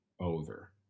over